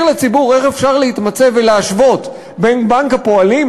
לציבור איך אפשר להתמצא ולהשוות בין בנק הפועלים,